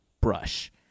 brush